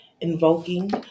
invoking